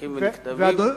שמחוקקים ונכתבים.